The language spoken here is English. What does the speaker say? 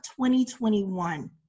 2021